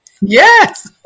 Yes